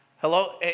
Hello